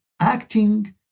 acting